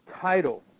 title